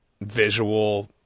visual